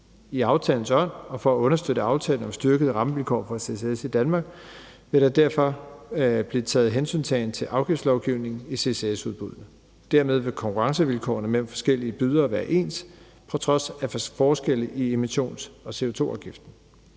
I aftalens ånd og for at understøtte aftalen om styrkede rammevilkår for ccs i Danmark vil der derfor blive taget hensyn til afgiftslovgivningen i ccs-udbuddene. Dermed vil konkurrencevilkårene mellem forskellige bydere være ens på trods af forskelle i emissions- og CO2-afgiften.